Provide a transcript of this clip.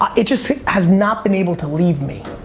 um it just has not been able to leave me.